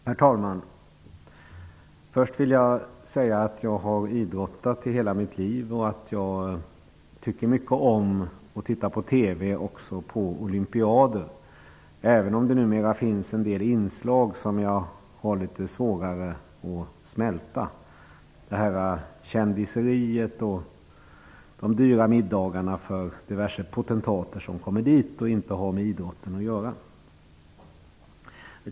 Herr talman! Först vill jag säga att jag har idrottat i hela mitt liv och att jag tycker mycket om att titta på olympiader på TV, även om det numera finns en del inslag som jag har litet svårare att smälta. Det gäller ''kändiseriet'' och de dyra middagarna för diverse potentater som kommer dit och inte har med idrotten att göra.